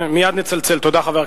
תודה רבה.